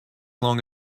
long